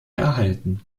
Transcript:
erhalten